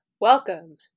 welcome